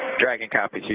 dragon copy.